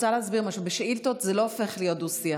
אני רוצה להסביר משהו: בשאילתות זה לא הופך להיות דו-שיח.